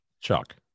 Chuck